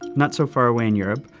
not so far away in europe,